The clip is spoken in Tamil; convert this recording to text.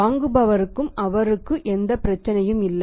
வாங்குபவருக்கும் அவருக்கு எந்த பிரச்சனையும் இல்லை